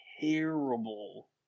terrible